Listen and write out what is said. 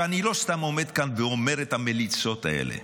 אני לא סתם עומד כאן ואומר את המליצות האלה,